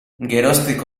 geroztik